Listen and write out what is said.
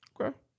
Okay